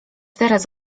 teraz